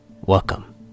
Welcome